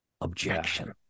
objection